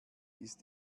ist